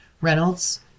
Reynolds